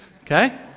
okay